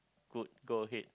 good go ahead